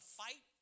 fight